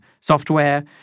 software